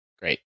Great